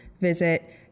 visit